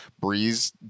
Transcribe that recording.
Breeze